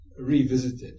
Revisited